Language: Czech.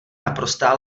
naprostá